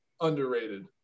underrated